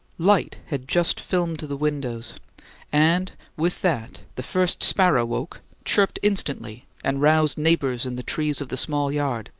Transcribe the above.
light had just filmed the windows and with that the first sparrow woke, chirped instantly, and roused neighbours in the trees of the small yard,